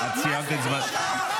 את סיימת את הזמן.